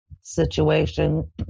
situation